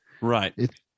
right